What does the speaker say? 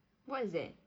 what is that